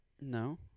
No